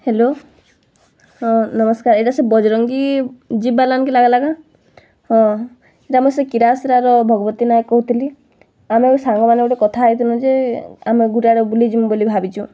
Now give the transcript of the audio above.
hello ହଁ ନମସ୍କାର୍ ଇଟା ସେ ବଜରଙ୍ଗି ଜିପ୍ ବାଲାକେ ଲାଗ୍ଲା କେଁ ହଁ ଇଟା ମୁଇଁ ସେ କିରାଶିରାର ଭଗବତୀ ନାଏକ୍ କହୁଥିଲି ଆମେ ସାଙ୍ଗମାନେ ଗୁଟେ କଥା ହେଇଥିଲୁଁ ଯେ ଆମେ ଗୁଟେ ଆଡ଼େ ବୁଲି ଯିମୁ ବଲି ଭାବିଚୁଁ